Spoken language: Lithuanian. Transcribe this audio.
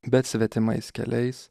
bet svetimais keliais